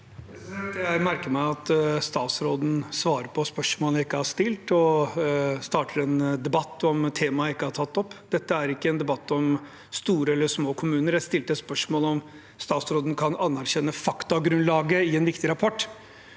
Jeg merker meg at statsråden svarer på spørsmål jeg ikke har stilt, og starter en debatt om tema jeg ikke har tatt opp. Dette er ikke en debatt om store eller små kommuner. Jeg stilte et spørsmål om statsråden kan anerkjenne faktagrunnlaget i en viktig rapport,